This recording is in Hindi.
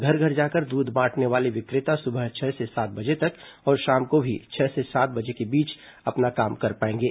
घर घर जाकर दूध बांटने वाले विक्रेता सुबह छह से सात बजे तक और शाम को भी छह से सात बजे के बीच अपना काम कर पाएंगे